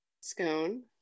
scone